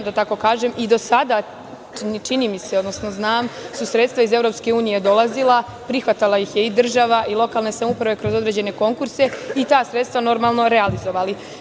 Do sada, čini mi se, odnosno znam, sredstva iz EU su dolazila, prihvatala ih je i država i lokalne samouprave kroz određene konkurse i ta sredstva, normalno, realizovali.